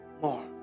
More